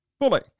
fully